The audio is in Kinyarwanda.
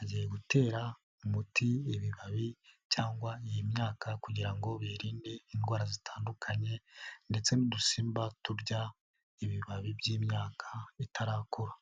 agiye gutera umuti ibibabi cyangwa iyi myaka kugira ngo birinde indwara zitandukanye ndetse n'udusimba turya, ibibabi by'imyaka itarakura.